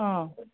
অঁ